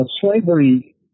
slavery